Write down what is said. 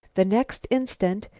the next instant,